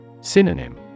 Synonym